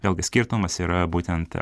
vėlgi skirtumas yra būtent